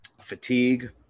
fatigue